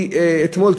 צפה אתמול,